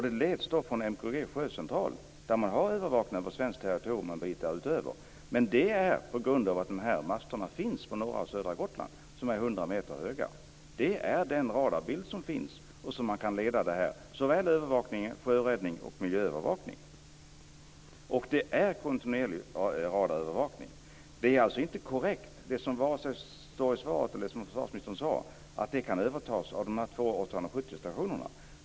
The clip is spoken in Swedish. Det leds från MKG:s sjöcentral där man har övervakning av svenskt territorium och en bit därutöver. Men det är på grund av att dessa master som är 100 meter höga finns på norra och södra Gotland. Det är den radarbild som finns och som gör att man kan leda övervakning, sjöräddning och miljöövervakning. Och det är kontinuerlig radarövervakning. Varken det som står i svaret eller som försvarsministern sade är korrekt, att det kan övertas av de två 870-stationerna.